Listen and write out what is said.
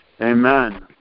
Amen